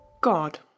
God